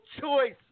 choice